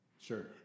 Sure